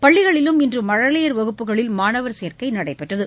பள்ளிகளிலும் இன்று மழலையர் வகுப்புகளில் மாணவர் சேர்க்கை நடைபெற்றது